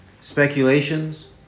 speculations